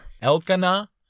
Elkanah